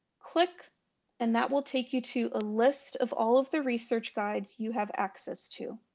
click and that will take you to a list of all of the research guides you have access to.